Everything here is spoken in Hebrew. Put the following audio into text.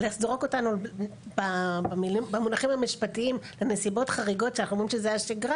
לזרוק אותנו במונחים המשפטיים לנסיבות חריגות למרות שזו השגרה,